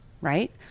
right